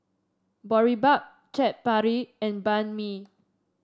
Boribap Chaat Papri and Banh Mi